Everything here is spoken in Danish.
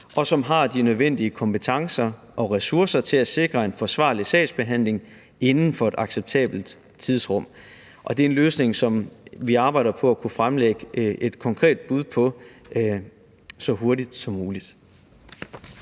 og som har de nødvendige kompetencer og ressourcer til at sikre en forsvarlig sagsbehandling inden for et acceptabelt tidsrum. Det er en løsning, som vi arbejder på at kunne fremlægge et konkret bud på så hurtigt som muligt.